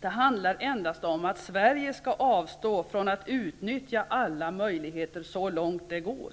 Det handlar endast om att Sverige skall avstå från att utnyttja alla möjligheter så långt det går.